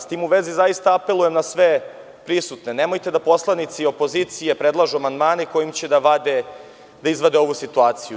S tim u vezi, apelujem na sve prisutne – nemojte da poslanici opozicije predlažu amandmane kojima će da izvade ovu situaciju.